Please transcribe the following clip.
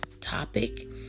topic